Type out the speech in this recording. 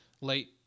late